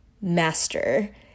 master